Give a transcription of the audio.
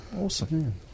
Awesome